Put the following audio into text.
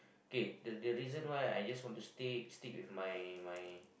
K the the reason why I just want to stick stick with my my